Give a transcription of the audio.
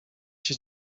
się